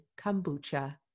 kombucha